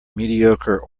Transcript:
mediocre